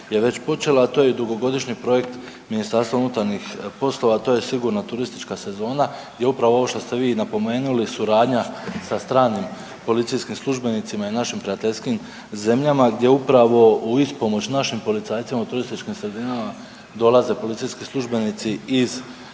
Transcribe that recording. to je dugogodišnji projekt MUP-a, to je „Sigurna turistička sezona“ je upravo ovo što ste vi napomenuli suradnja sa stranim policijskim službenicima i našim prijateljskim zemljama gdje upravo u ispomoć našim policajcima u turističkim sredinama dolaze policijski službenici iz svih